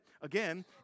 Again